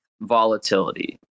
volatility